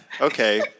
Okay